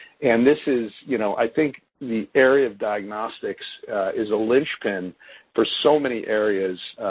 and this is, you know, i think the area of diagnostics is a lynch pin for so many areas